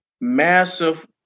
massive